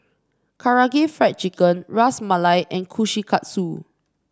Karaage Fried Chicken Ras Malai and Kushikatsu